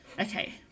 Okay